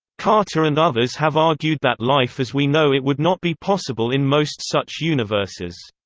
carter and others have argued that life as we know it would not be possible in most such universes.